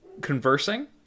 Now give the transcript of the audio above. conversing